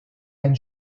ein